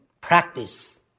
practice